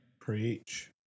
Preach